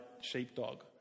sheepdog